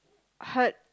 hard